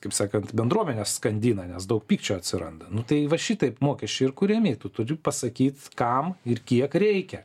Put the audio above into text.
kaip sakant bendruomenes skandina nes daug pykčio atsiranda nu tai va šitaip mokesčiai ir kuriami tu turi pasakyt kam ir kiek reikia